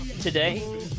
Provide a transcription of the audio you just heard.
Today